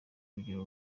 kugira